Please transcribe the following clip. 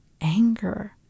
anger